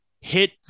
hit